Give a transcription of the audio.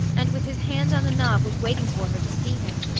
and with his hand on the knob was waiting for her to see him.